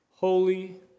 Holy